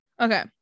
Okay